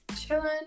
chilling